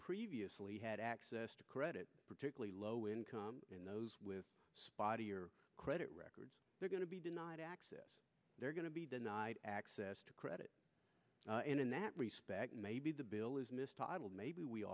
previously had access to credit particularly low income and those with spotty or credit records were going to be denied access they're going to be denied access to credit in that respect maybe the